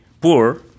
poor